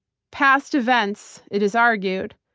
past events, it is argued,